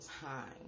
time